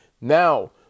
Now